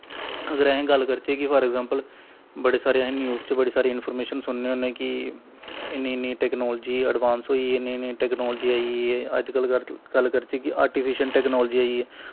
अगर अस गल्ल करचै कि फॉर अग़्ज़ैंपल बड़ी सारी न्यूज़ च इस इंफ्रमेशन सुनने होन्ने कि इन्नी इन्नी टैकनॉलजी अड़बांस होई इन्नी इन्नी टैकनॉलजी आई अजकल्ल गल्ल करचै कि आर्टिफिशल टैकनॉलजी आई